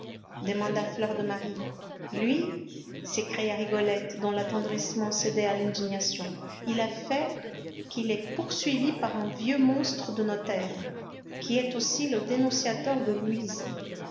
prison demanda fleur de marie lui s'écria rigolette dont l'attendrissement cédait à l'indignation il a fait qu'il est poursuivi par un vieux monstre de notaire qui est aussi le dénonciateur de louise